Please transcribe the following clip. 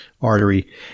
artery